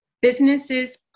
businesses